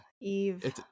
Eve